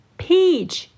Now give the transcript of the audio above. peach